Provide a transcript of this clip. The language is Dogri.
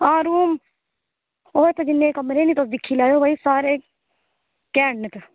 आं यरो ओह् जिन्ने उत्त कमरे निं तुस दिक्खी लैओ सारे कैंट न इत्त